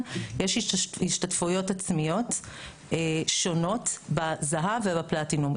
יש השתתפויות עצמיות שונות בזהב ובפלטינום.